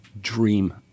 dream